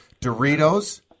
Doritos